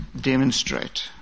demonstrate